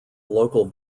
local